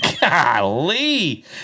Golly